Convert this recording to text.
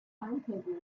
timetable